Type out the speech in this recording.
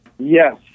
Yes